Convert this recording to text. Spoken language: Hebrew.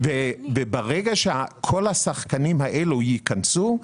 ברגע שכל השחקנים האלה ייכנסו,